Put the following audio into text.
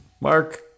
mark